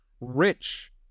Rich